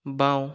বাওঁ